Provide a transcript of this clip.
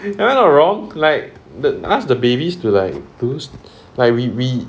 I am not wrong like the ask the babies to like do like we we